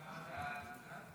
סעיפים 1 6 נתקבלו.